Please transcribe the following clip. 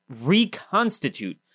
reconstitute